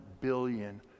billion